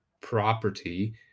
property